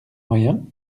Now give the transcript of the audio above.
moyens